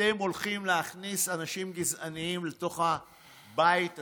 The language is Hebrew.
אתם הולכים להכניס אנשים גזעניים לתוך הבית הזה.